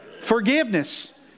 forgiveness